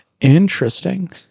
Interesting